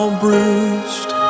bruised